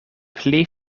pli